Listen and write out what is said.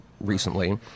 recently